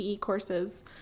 courses